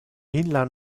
illa